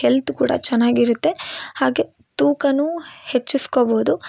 health ಕೂಡ ಚೆನ್ನಾಗಿರತ್ತೆ ಹಾಗೆ ತೂಕನೂ ಹೆಚ್ಚಿಸ್ಕೊಬೌದು